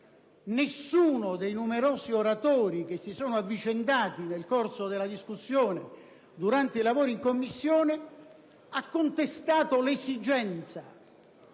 Nessuno dei numerosi oratori che si sono avvicendati nel corso della discussione durante i lavori in Commissione ha contestato l'esigenza